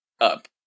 up